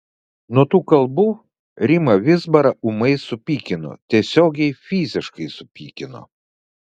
nuo tų kalbų rimą vizbarą ūmai supykino tiesiogiai fiziškai supykino